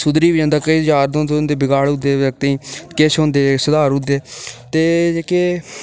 सुधरी बी जंदा केईं जागत होंदे बगाड़ी ओड़दे जागतें गी किश होंदे सधारी ओड़दे ते जेह्के